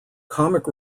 comic